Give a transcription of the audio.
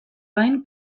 gain